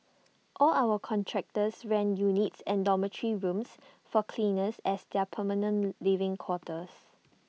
all our contractors rent units and dormitory rooms for cleaners as their permanent living quarters